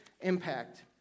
impact